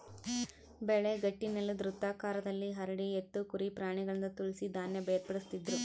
ಬೆಳೆ ಗಟ್ಟಿನೆಲುದ್ ವೃತ್ತಾಕಾರದಲ್ಲಿ ಹರಡಿ ಎತ್ತು ಕುರಿ ಪ್ರಾಣಿಗಳಿಂದ ತುಳಿಸಿ ಧಾನ್ಯ ಬೇರ್ಪಡಿಸ್ತಿದ್ರು